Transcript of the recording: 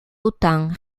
autant